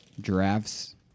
giraffes